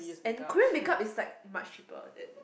and Korean make up is like much cheaper than